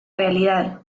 realidad